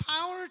power